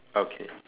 okay